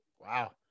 Wow